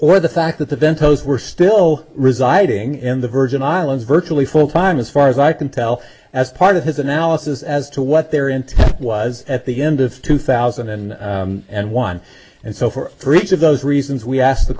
or the fact that the bentos were still residing in the virgin islands virtually fulltime as far as i can tell as part of his analysis as to what their intent was at the end of two thousand and and one and so for three each of those reasons we asked the